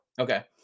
Okay